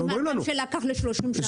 אז מי שלקח ל-30 שנה?